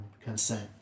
consent